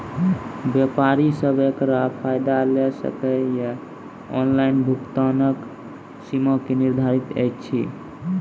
व्यापारी सब एकरऽ फायदा ले सकै ये? ऑनलाइन भुगतानक सीमा की निर्धारित ऐछि?